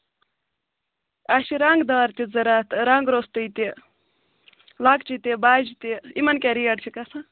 اَسہِ چھُ رَنٛگ دار تہِ ضروٗرت رَنٛگ روٚستُے تہِ لۄکٔچہِ تہِ بَجہِ تہِ یِمن کیٛاہ ریٹ چھِ گژھان